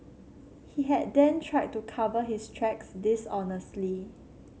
he had then tried to cover his tracks dishonestly